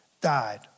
died